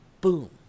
Boom